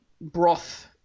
broth